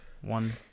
One